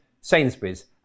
Sainsbury's